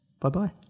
Bye-bye